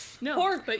No